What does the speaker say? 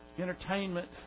entertainment